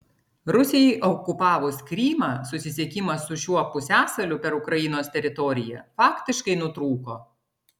rusijai okupavus krymą susisiekimas su šiuo pusiasaliu per ukrainos teritoriją faktiškai nutrūko